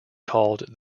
called